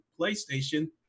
PlayStation